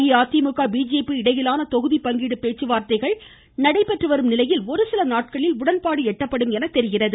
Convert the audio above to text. AIADMK BJP இடையேயான தொகுதிப்பங்கீடு பேச்சுவார்த்தைகள் இன்றும் தொடர்ந்து நடைபெற்று வரும் நிலையில் ஒருசில நாட்களில் உடன்பாடு எட்டப்படும் என்று தெரிகிறது